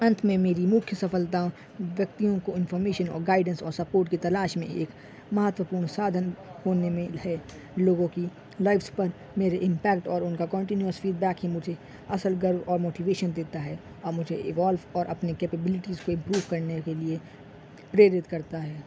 انت میں میری مکھیہ سفلتا ویکتیوں کو انفارمیشن اور گائڈنس اور سپورٹ کی تلاش میں ایک مہتپورن سادھن پنیہ ملی ہے لوگوں کی لائفس پر میرے امپیکٹ اور ان کا کانٹینیوس فیڈبیک ہی مجھے اصل گرو اور موٹیویشن دیتا ہے اور مجھے ایوولف اور اپنی کیپیبلیٹیز کو امپروو کرنے کے لیے پریرت کرتا ہے